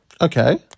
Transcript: Okay